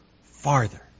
farther